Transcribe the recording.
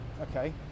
Okay